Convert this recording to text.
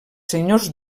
senyors